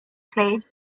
clade